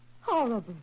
Horrible